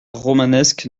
romanesque